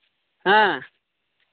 ᱦᱮᱸ